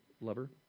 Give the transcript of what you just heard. lover